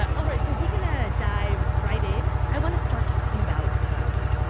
all right. so we're going to dive right in. i want to start talking about guns.